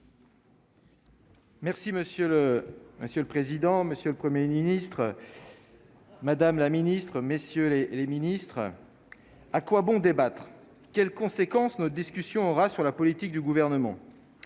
le Monsieur, le président Monsieur le 1er ministre madame la ministre, messieurs les ministres, à quoi bon débattre quelles conséquences nos discussions aura sur la politique du gouvernement,